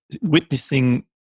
witnessing